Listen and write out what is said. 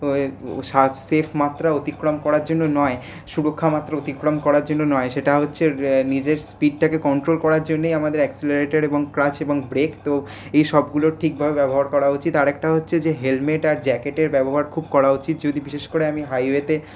ওই সেফ মাত্রা অতিক্রম করার জন্য নয় সুরক্ষা মাত্রা অতিক্রম করার জন্য নয় সেটা হচ্ছে নিজের স্পিডটাকে কন্ট্রোল করার জন্যই আমাদের অ্যাকসিলারেটার এবং ক্লাচ এবং ব্রেক তো এ সবগুলো ঠিকভাবে ব্যবহার করা উচিৎ আরেকটা যে হেলমেট আর জ্যাকেটের ব্যবহার খুব করা উচিৎ যদি বিশেষ করে আমি হাইওয়েতে